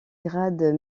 grades